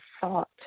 thought